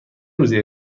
روزی